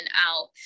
out